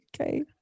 okay